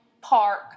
Park